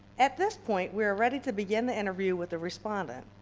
at this point, we're ready to beginning the interview with the respondent.